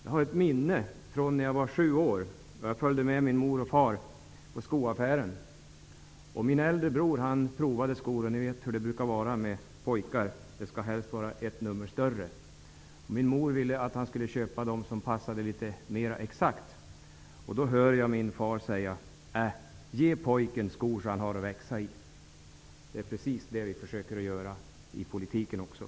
Jag har ett minne från när jag var sju år. Jag och min bror följde med mor och far till skoaffären. Min äldre bror provade skor. Ni vet hur det brukar vara med pojkar; de vill helst ha ett nummer större. Min mor ville att han skulle köpa de skor som passade mer exakt. Jag hör då min far säga: Äh, ge pojken skor att växa i. Det är precis det som vi också i politiken försöker med.